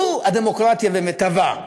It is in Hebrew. זו הדמוקרטיה במיטבה,